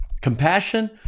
compassion